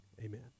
Amen